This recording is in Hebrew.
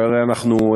שהרי אנחנו,